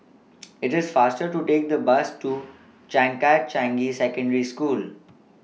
IT IS faster to Take The Bus to Changkat Changi Secondary School